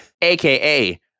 aka